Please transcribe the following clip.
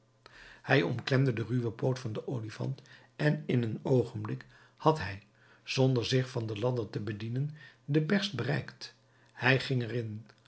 hij omklemde den ruwen poot van den olifant en in een oogenblik had hij zonder zich van de ladder te bedienen de berst bereikt hij ging er